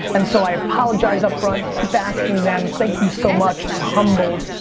and so i apologize up front, keep asking them. thank you so much. i'm humbled.